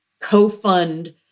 co-fund